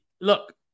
look